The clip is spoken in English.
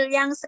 Yang